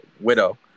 Widow